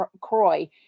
Croy